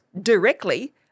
directly